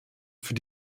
für